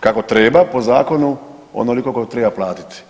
kako treba po zakonu onoliko koliko treba platiti.